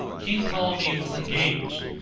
king ptolemy was engaged,